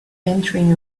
entering